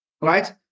right